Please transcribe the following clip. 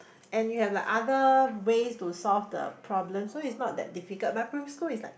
and you have like other waste to solve the problem so is not that difficult but private school is like